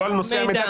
לא על נושא המידע,